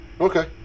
Okay